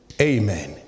Amen